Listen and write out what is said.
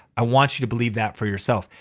i want you to believe that for yourself.